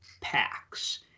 packs